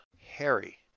harry